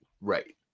right